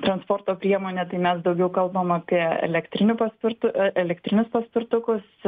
transporto priemonė tai mes daugiau kalbam apie elektrinių paspirtu elektrinius paspirtukus